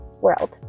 world